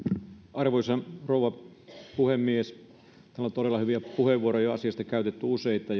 arvoisa rouva puhemies täällä on todella hyviä puheenvuoroja asiasta käytetty useita